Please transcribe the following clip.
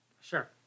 Sure